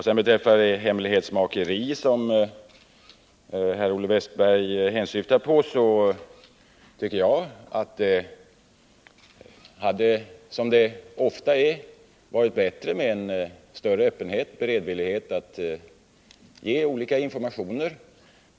Vad beträffar det hemlighetsmakeri som Olle Wästberg hänsyftar på, tycker jag att det — som det ofta är — hade varit bättre med en större öppenhet och beredvillighet att ge olika informationer.